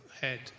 head